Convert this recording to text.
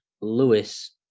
Lewis